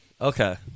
Okay